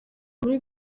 muri